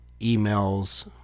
emails